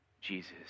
Jesus